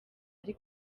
ari